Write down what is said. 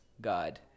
God